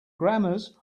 grammars